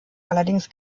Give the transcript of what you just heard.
allerdings